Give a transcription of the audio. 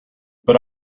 but